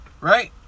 right